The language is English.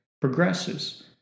progresses